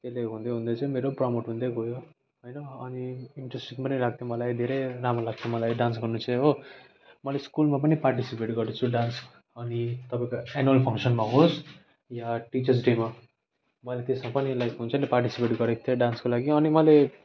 त्यसले हुँदै हुँदै चाहिँ मेरो प्रमोट हुँदैगयो होइन अनि इन्ट्रेस्टिङ पनि लाग्थ्यो मलाई धेरै राम्रो लाग्थ्यो मलाई डान्स गर्नु चाहिँ हो मैले स्कुलमा पनि पार्टिसिपेट गरेको छु डान्समा अनि तपाईँको एनुवल फङ्कसनमा होस् या टिचर्स डेमा मैले त्यसमा पनि लाइक हुन्छ नि पार्टिसिपेट गरेको थिएँ डान्सको लागि अनि मैले